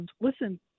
listen